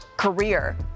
Career